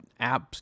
apps